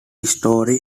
story